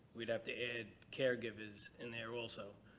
we'd have to add caregivers in there also.